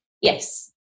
Yes